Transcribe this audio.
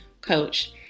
coach